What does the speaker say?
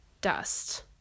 dust